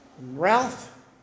Ralph